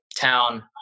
town